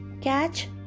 catch